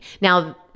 Now